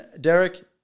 Derek